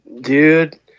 Dude